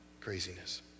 Craziness